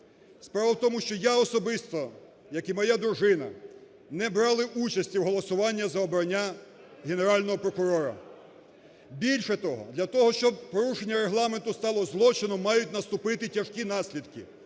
Справа у тому, що я особисто, як і моя дружина, не брали участі у голосуванні за обрання Генерального прокурора. Більше того, для того, щоб порушення Регламенту стало злочином, мають наступити тяжкі наслідки.